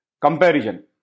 comparison